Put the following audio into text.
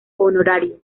honorario